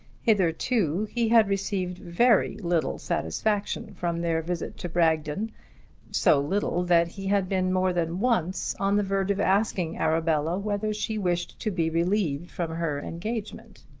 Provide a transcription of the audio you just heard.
hitherto he had received very little satisfaction from their visit to bragton so little that he had been more than once on the verge of asking arabella whether she wished to be relieved from her engagement.